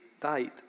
died